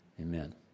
Amen